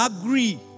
Agree